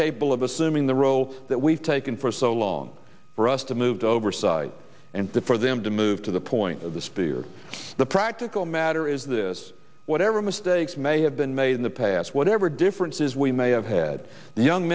capable of assuming the role that we've taken for so long for us to move oversight and to for them to move to the point of the spear the practical matter is this whatever mistakes may have been made in the past whatever differences we may have had the young